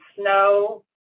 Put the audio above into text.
snow